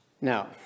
Now